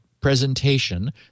presentation